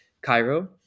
Cairo